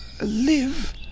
live